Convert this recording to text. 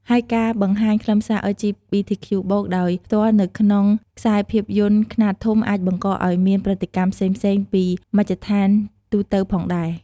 ហើយការបង្ហាញខ្លឹមសារ អិល ជី ប៊ី ធី ខ្ជូ បូក (LGBTQ+)ដោយផ្ទាល់នៅក្នុងខ្សែភាពយន្តខ្នាតធំអាចបង្កឲ្យមានប្រតិកម្មផ្សេងៗពីមជ្ឈដ្ឋានទូទៅផងដែរ។